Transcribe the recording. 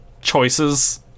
choices